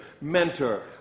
mentor